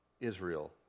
Israel